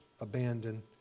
abandon